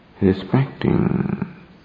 respecting